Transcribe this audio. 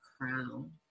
crown